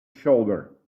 shoulder